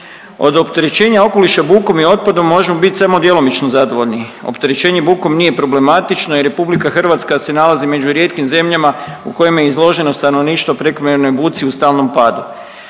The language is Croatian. Od opterećenja okoliša bukom i otpadom možemo biti samo djelomično zadovoljni. Opterećenje bukom nije problematično i RH se nalazi među rijetkim zemljama u kojima je izloženo stanovništvo prekomjernoj buci u stalnom padu.